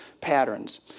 patterns